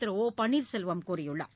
திரு O Panneerselvam கூறியுள்ளார்